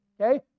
okay